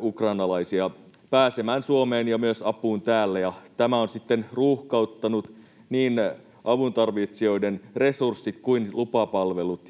ukrainalaisia pääsemään Suomeen ja myös apuun täällä, ja tämä on sitten ruuhkauttanut niin avuntarvitsijoiden resurssit kuin lupapalvelut,